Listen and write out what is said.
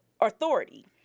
authority